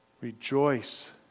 Rejoice